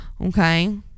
Okay